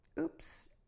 Oops